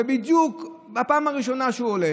ובפעם הראשונה שהוא עולה